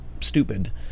stupid